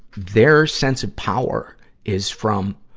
their sense of power is from